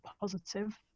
positive